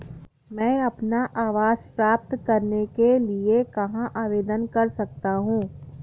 मैं अपना आवास प्राप्त करने के लिए कहाँ आवेदन कर सकता हूँ?